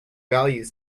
values